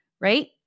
right